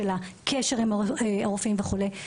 הקשר עם הרופאים וכו'.